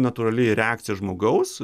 natūrali reakcija žmogaus